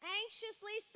anxiously